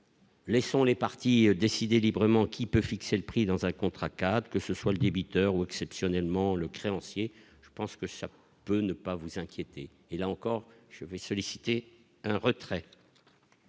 laissons les partis décider librement qui peut fixer le prix dans un contrat cadre, que ce soit le débiteur ou exceptionnellement le créancier, je pense que ça peut ne pas vous inquiéter et là encore je vais solliciter un retrait.